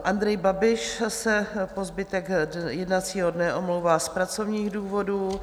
Andrej Babiš se po zbytek jednacího dne omlouvá z pracovních důvodů.